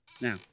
Now